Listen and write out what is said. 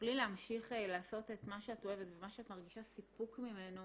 תוכלי להמשיך לעשות את מה שאת אוהבת ואת מה שאת מרגישה סיפוק ממנו